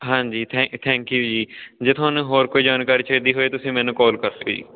ਹਾਂਜੀ ਥੈਂ thank you ਜੀ ਜੇ ਤੁਹਾਨੂੰ ਹੋਰ ਕੋਈ ਜਾਣਕਾਰੀ ਚਾਹੀਦੀ ਹੋਵੇ ਤੁਸੀਂ ਮੈਨੂੰ ਕੋਲ ਕਰ ਸਕਦੇ ਜੀ